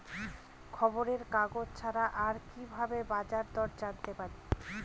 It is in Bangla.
খবরের কাগজ ছাড়া আর কি ভাবে বাজার দর জানতে পারি?